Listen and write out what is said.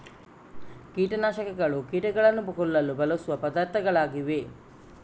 ಕೀಟ ನಾಶಕಗಳು ಕೀಟಗಳನ್ನು ಕೊಲ್ಲಲು ಬಳಸುವ ಪದಾರ್ಥಗಳಾಗಿವೆ